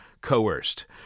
Coerced